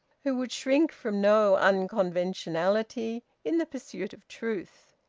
who would shrink from no unconventionality in the pursuit of truth.